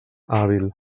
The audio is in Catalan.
hàbil